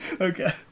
Okay